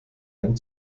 ein